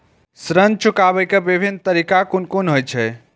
ऋण चुकाबे के विभिन्न तरीका कुन कुन होय छे?